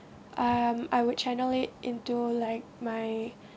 um I would channel it into like my